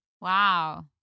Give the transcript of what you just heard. Wow